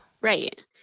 Right